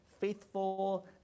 faithful